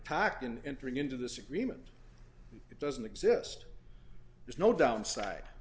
tact in entering into this agreement it doesn't exist there's no downside